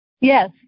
Yes